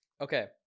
okay